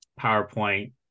PowerPoint